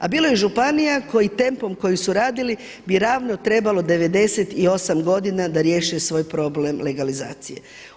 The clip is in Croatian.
A bilo je i županija koji tempom koji su radili bi ravno trebalo 98 godina da riješe svoj problem legalizacije.